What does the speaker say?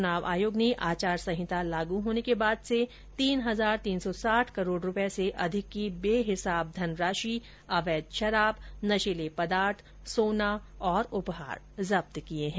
चुनाव आयोग ने आचार संहिता लागू होने के बाद से तीन हजार तीन सौ साठ करोड़ रुपए से अधिक की बेहिसाब धनराशि अवैध शराब नशीले पदार्थ सोना और उपहार जब्त किए हैं